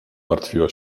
martwiła